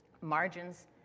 margins